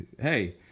hey